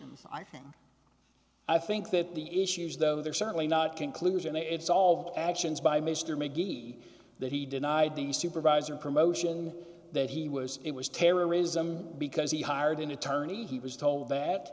allegations i think i think that the issues though d they're certainly not conclusion it's all actions by mr mcgee that he denied the supervisor promotion that he was it was terrorism because he hired an attorney he was told that